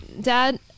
Dad